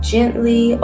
Gently